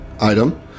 item